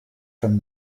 from